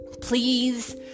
please